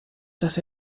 dass